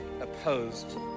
opposed